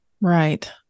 Right